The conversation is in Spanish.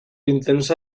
intensa